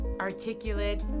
articulate